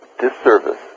disservice